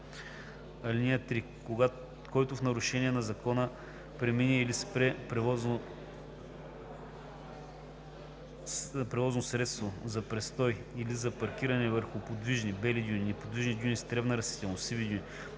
лв. (3) Който в нарушение на закона премине или спре превозно средство за престой или за паркиране върху подвижни (бели) дюни, неподвижни дюни с тревна растителност (сиви дюни)